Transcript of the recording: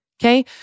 Okay